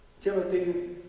Timothy